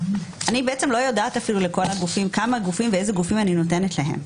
אני בעצם לא יודעת לכמה גופים ולאיזה גופים אני נותנת להם.